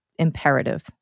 imperative